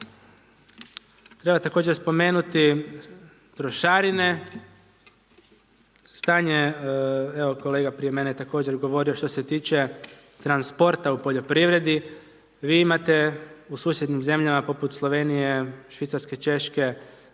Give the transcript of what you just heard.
Treba također spomenuti trošarine, stanje, evo, kolega je prije mene također govorio što se tiče transporta u poljoprivredi, vi imate u susjednim zemljama, poput Slovenije, Švicarske, Češke,